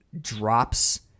drops